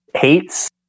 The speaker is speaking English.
hates